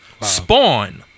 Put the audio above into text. Spawn